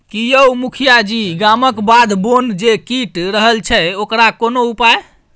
की यौ मुखिया जी गामक बाध बोन जे कटि रहल छै ओकर कोनो उपाय